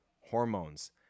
hormones